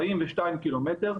42 ק"מ,